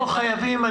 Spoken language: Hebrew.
לא חייבים.